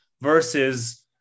versus